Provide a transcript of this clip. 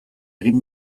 egin